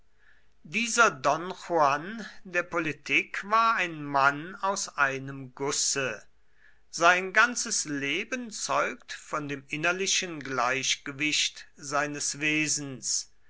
dieser don juan der politik war ein mann aus einem gusse sein ganzes leben zeugt von dem innerlichen gleichgewicht seines wesens